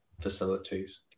facilities